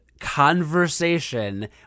conversation